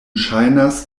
ŝajnas